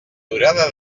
durada